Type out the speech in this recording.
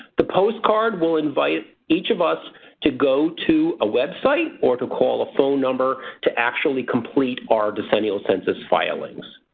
the postcard will invite each of us to go to a web site or to call a phone number to actually complete our decennial census filing.